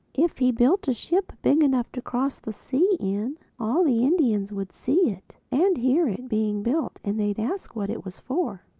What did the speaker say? if he built a ship big enough to cross the sea in, all the indians would see it, and hear it, being built and they'd ask what it was for.